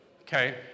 Okay